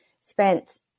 spent